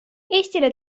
eestile